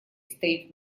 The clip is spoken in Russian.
стоит